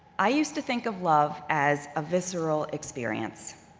i used to think of love as a visceral experience,